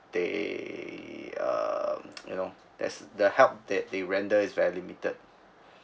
they uh you know there's the help that they rendered is very limited